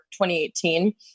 2018